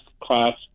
class